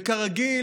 וכרגיל,